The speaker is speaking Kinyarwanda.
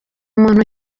muntu